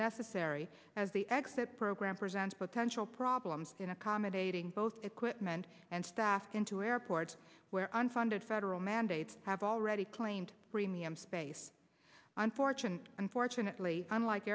necessary as the exit program presents potential problems in accommodating both equipment and staff into airports where unfunded federal mandates have already claimed premium space on fortune unfortunately unlike